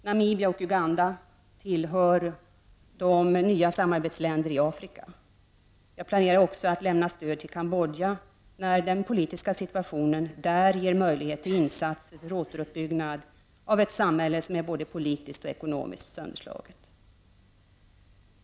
Namibia och Uganda tillhör de nya samarbetsländerna i Afrika. Jag planerar också att lämna stöd till Kambodja, när den politiska situationen där ger möjligheter till insatser för återuppbyggnad av ett samhälle som är både politiskt och ekonomiskt sönderslaget.